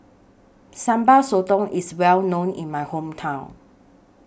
Sambal Sotong IS Well known in My Hometown